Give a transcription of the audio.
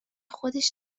خودش